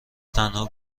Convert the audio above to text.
تنها